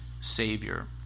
Savior